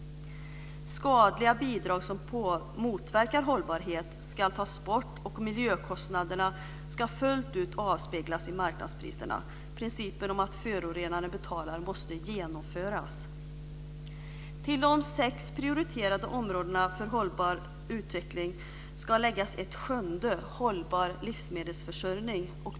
Skadliga bidrag som motverkar hållbarhet ska tas bort och miljökostnaderna ska fullt ut avspeglas i marknadspriserna. Principen om att förorenaren betalar måste genomföras. Till de sex prioriterade områden för hållbar utveckling ska läggas ett sjunde: hållbar livsmedelsförsörjning.